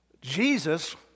Jesus